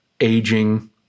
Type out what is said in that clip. aging